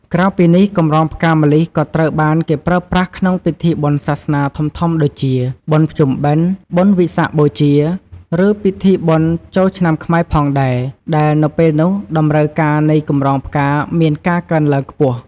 ក្រៅពីនេះកម្រងផ្កាម្លិះក៏ត្រូវបានគេប្រើប្រាស់ក្នុងពិធីបុណ្យសាសនាធំៗដូចជា បុណ្យភ្ជុំបិណ្ឌ បុណ្យវិសាខបូជា ឬពិធីបុណ្យចូលឆ្នាំខ្មែរផងដែរ ដែលនៅពេលនោះតម្រូវការនៃកម្រងផ្កាមានការកើនឡើងខ្ពស់។